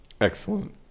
Excellent